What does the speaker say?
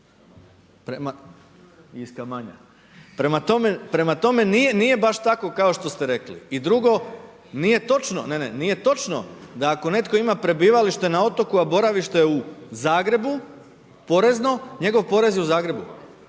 Prema tome nije baš tako kao što ste rekli. I drugo, nije točno, ne, ne, nije točno da ako netko ima prebivalište na otoku, a boravište u Zagrebu porezno, njegov porez je u Zagrebu